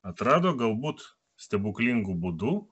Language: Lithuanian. atrado galbūt stebuklingu būdu